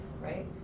right